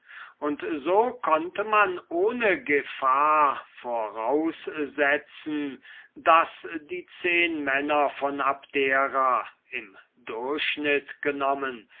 und so konnte man ohne gefahr voraussetzen daß die zehnmänner von abdera im durchschnitt genommen